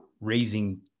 raising